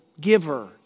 giver